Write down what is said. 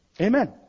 Amen